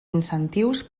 incentius